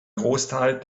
großteil